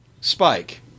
Spike